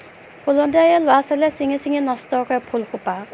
ফুলোতে ল'ৰা ছোৱালীয়ে চিঙি চিঙি নষ্ট কৰে ফুলসোপা